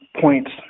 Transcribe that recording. points